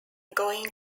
going